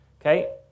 okay